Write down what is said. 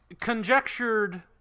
conjectured